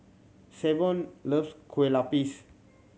Savion loves Kuih Lopes